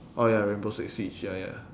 oh ya rainbow six siege ya ya